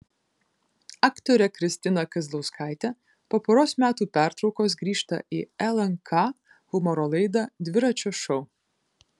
aktorė kristina kazlauskaitė po poros metų pertraukos grįžta į lnk humoro laidą dviračio šou